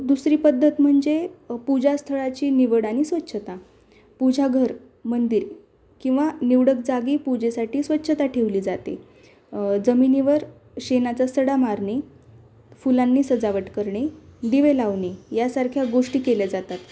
दुसरी पद्धत म्हणजे पूजा स्थळाची निवड आणि स्वच्छता पूजाघर मंदिर किंवा निवडक जागी पूजेसाठी स्वच्छता ठेवली जाते जमिनीवर शेणाचा सडा मारणे फुलांनी सजावट करणे दिवे लावणे यासारख्या गोष्टी केल्या जातात